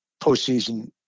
postseason